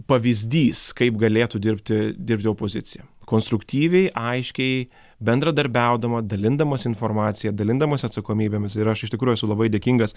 pavyzdys kaip galėtų dirbti dirbti opozicija konstruktyviai aiškiai bendradarbiaudama dalindamasi informaciją dalindamasi atsakomybėmis ir aš iš tikrųjų esu labai dėkingas